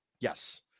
Yes